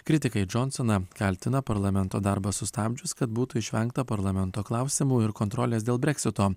kritikai džonsoną kaltina parlamento darbą sustabdžius kad būtų išvengta parlamento klausimų ir kontrolės dėl breksito